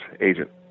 agent